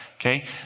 Okay